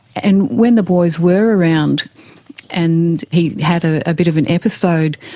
and when the boys were around and he had a bit of an episode,